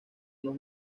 unos